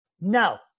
Now